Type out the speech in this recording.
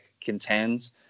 contends